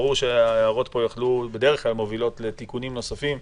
ברור שההערות פה מובילות בדרך כלל לתיקונים נוספים.